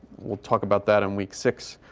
we'll talk about that in week six,